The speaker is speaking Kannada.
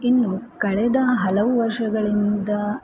ಇನ್ನು ಕಳೆದ ಹಲವು ವರ್ಷಗಳಿಂದ